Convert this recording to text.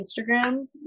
Instagram